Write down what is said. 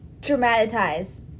Dramatize